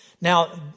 Now